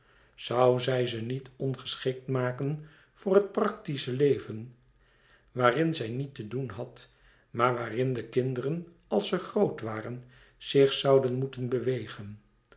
zoû zij ze niet ongeschikt maken voor het practische leven waarin zij niet te doen had maar waarin de kinderen als ze groot waren zich zouden moeten bewegen